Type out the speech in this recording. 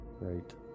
Right